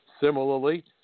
Similarly